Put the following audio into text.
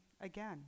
again